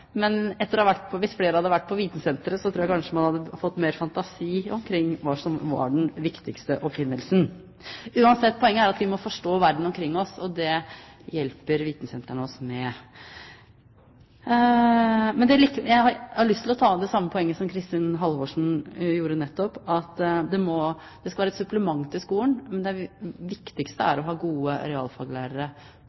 hvis flere hadde vært på et vitensenter, tror jeg kanskje man hadde fått mer fantasi om hva som var den viktigste oppfinnelsen. Uansett: Poenget er at vi må forstå verden omkring oss, og det hjelper vitensentrene oss med. Jeg har lyst til å ta opp det samme poenget som Kristin Halvorsen nettopp gjorde, at det skal være et supplement til skolen. Det viktigste